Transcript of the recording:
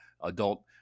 adult